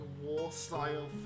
war-style